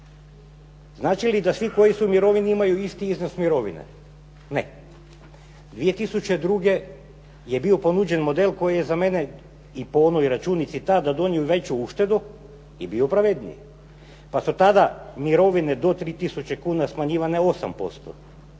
Znači li da svi koji su u mirovini imaju isti iznos mirovine? Ne. 2002. je bio ponuđen model koji je za mene i po onoj računici tada donio veću uštedu i bio pravedniji pa su tada mirovine do 3 000 kuna smanjivane 8%,